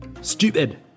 Stupid